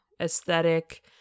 aesthetic